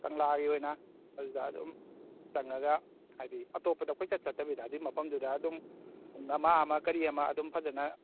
ꯀꯪꯂꯥꯒꯤ ꯑꯣꯏꯅ ꯑꯗꯨꯗ ꯑꯗꯨꯝ ꯆꯪꯉꯒ ꯍꯥꯏꯗꯤ ꯑꯇꯣꯞꯄꯗ ꯀꯣꯏꯆꯠ ꯆꯠꯇꯕꯤꯗ ꯑꯗꯨꯏ ꯃꯐꯝꯗꯨꯗ ꯑꯗꯨꯝ ꯄꯨꯡ ꯑꯃꯃ ꯀꯔꯤ ꯑꯃ ꯑꯗꯨꯝ ꯐꯖꯟꯅ